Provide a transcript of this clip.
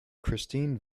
christine